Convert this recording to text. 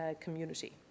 community